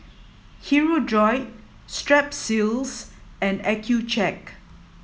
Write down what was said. Hirudoid Strepsils and Accucheck